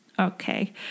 Okay